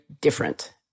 different